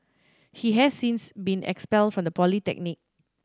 he has since been expelled from the polytechnic